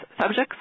subjects